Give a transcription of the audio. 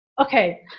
okay